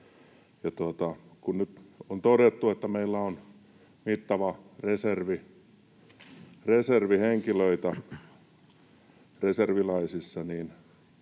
kun nyt on todettu, että meillä on mittava reservi henkilöitä reserviläisissä,